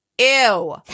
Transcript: Ew